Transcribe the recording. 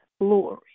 glory